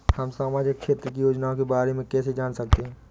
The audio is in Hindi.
हम सामाजिक क्षेत्र की योजनाओं के बारे में कैसे जान सकते हैं?